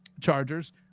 Chargers